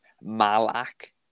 Malak